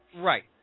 Right